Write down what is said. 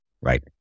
right